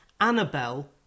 Annabelle